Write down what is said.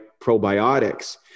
probiotics